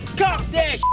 caulk